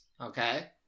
Okay